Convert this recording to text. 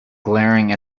glaring